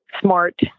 smart